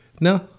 no